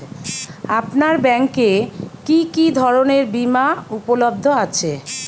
আপনার ব্যাঙ্ক এ কি কি ধরনের বিমা উপলব্ধ আছে?